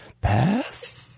Pass